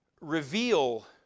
reveal